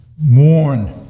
mourn